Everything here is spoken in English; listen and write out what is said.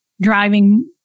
driving